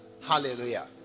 hallelujah